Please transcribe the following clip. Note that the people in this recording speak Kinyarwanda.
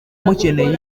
mukeneye